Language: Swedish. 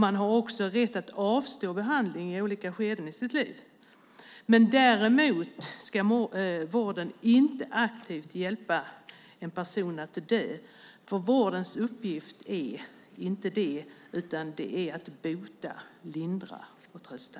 Man har också rätt att avstå behandling i olika skeden av sitt liv. Däremot ska vården inte aktivt hjälpa en person att dö, för vårdens uppgift är inte det utan att bota, lindra och trösta.